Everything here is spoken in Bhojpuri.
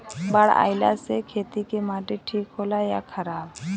बाढ़ अईला से खेत के माटी ठीक होला या खराब?